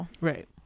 right